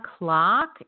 o'clock